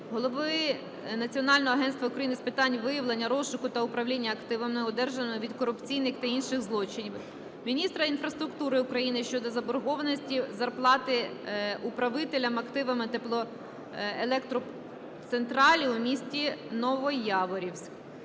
голови Національного агентства України з питань виявлення, розшуку та управління активами, одержаними від корупційних та інших злочинів, міністра інфраструктури України щодо заборгованості зарплати управителями активами теплоелектроцентралі у місті Новояворівськ.